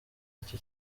iki